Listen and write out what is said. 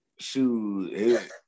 Shoot